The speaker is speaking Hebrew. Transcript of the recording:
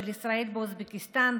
של ישראל באוזבקיסטן,